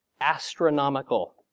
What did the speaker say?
astronomical